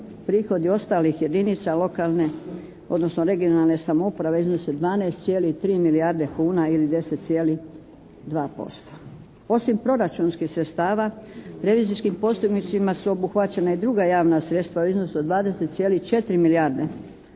prihodi ostalih jedinica lokalne odnosno regionalne samouprave iznose 12,3 milijarde kuna ili 10,2%. Osim proračunskih sredstava revizijskim postupcima su obuhvaćena i druga javna sredstva u iznosu od 20,4 milijarde.